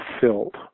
filled